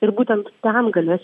ir būtent ten galės